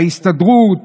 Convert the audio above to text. בהסתדרות,